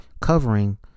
covering